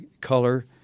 color